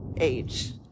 age